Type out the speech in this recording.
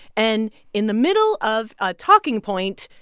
and in the middle of a talking point,